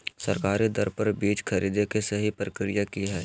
सरकारी दर पर बीज खरीदें के सही प्रक्रिया की हय?